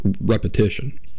repetition